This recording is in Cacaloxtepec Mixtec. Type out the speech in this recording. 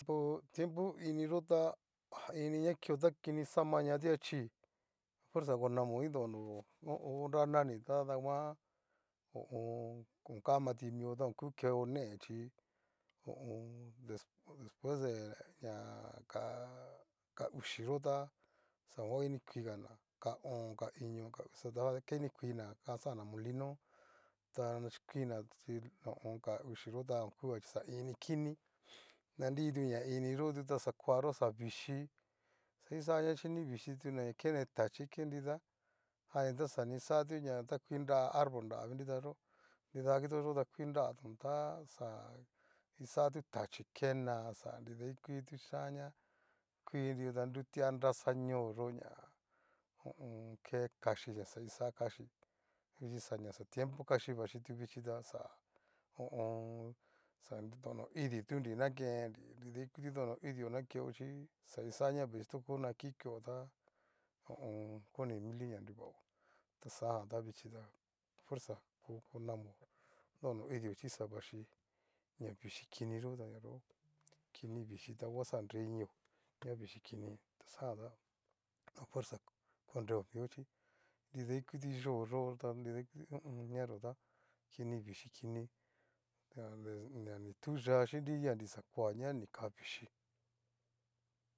Tiempo tiempo iniyo ta haaa inina kiuo, ta kini samaña ti'achí afuerza onamo iin dono, ho o on. nra nani tada nguan ho o on. o kamati mio ta oku keo neé xhí ho o on. despues de ña ka- ka uxi yó ta o inikugana ka o'on ka iño ka uxa da kenikuina nga xanna molino ta nachukuinna xhí ho o on. ka uxi yo ta okuga xa ini kini, ña ntu ña iri tu ña inixó ta xakoayo xa vichií xa uxa na xhini vixhituna kene tachí ke nida, jan ni ta xa kisani na kui nra arbol nravi nritayó, nrida kitoyo ta kui nratón ta xa kixaá tu tachí keana xanidaikutitu yian ña kurutia kutianraxa ñoo'yo ña ho o on. ke kaxhíi ña xa kixa kaxhí vichí ña xa xatiempio kaxhí vexhí tu vichi ta xa ho o on. xa donoidi tunri nakennri nridaikutio donoidio nakeo chí xanikixa na vichí toko na kikueo ta ho o on. koni mili na nruvao, xajan ta vichí ta afuerza ko konamo donoidio xhiña vachí kiniyo tanayo kinivichí ta ngua xanreinio, tá vichi kini ta xajan tá afuerza koreo mio chí nridaikuti yo'oyo nridaikuti ho o on iniayota kini vichí kini nrini tuyá xiin inrixakoa ña kini vichí.